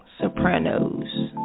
Sopranos